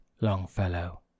Longfellow